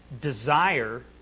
desire